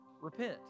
repent